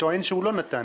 שטוען שהוא לא נתן.